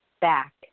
back